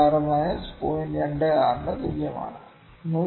26 ന് തുല്യമാണ് 102